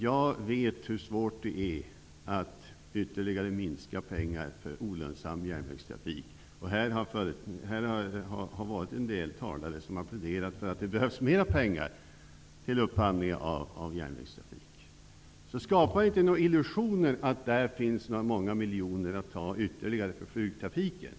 Jag vet hur svårt det är att ytterligare minska medlen till olönsam järnvägstrafik, och en del talare har här pläderat för mera pengar till upphandling av järnvägstrafik. Skapa er alltså inte några illusioner om att det där finns många miljoner ytterligare att ta till flygtrafiken!